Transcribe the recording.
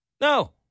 No